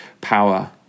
power